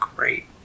Great